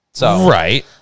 Right